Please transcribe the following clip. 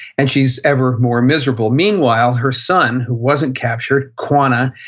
and she's ever more miserable meanwhile, her son who wasn't captured, quanah,